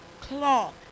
cloth